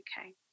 okay